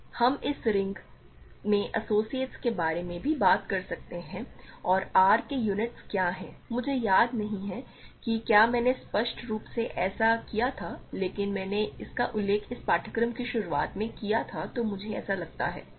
तो हम इस रिंग में एसोसिएट्स के बारे में भी बात कर सकते हैं और R के यूनिट्स क्या हैं मुझे याद नहीं है कि क्या मैंने स्पष्ट रूप से ऐसा किया था लेकिन मैंने इसका उल्लेख इस पाठ्यक्रम की शुरुआत में किआ था ऐसा मुझे लगता है